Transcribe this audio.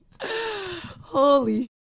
Holy